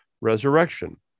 resurrection